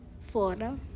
Florida